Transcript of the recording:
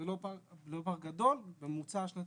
זה לא פער גדול בממוצע השנתי,